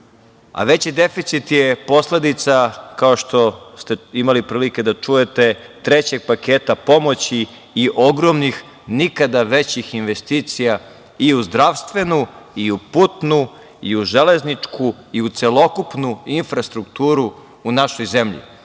A veći deficit je posledica, kao što ste imali prilike da čujete, trećeg paketa pomoći i ogromnih nikada većih investicija i u zdravstvenu i u putnu i železničku i u celokupnu infrastrukturu u našoj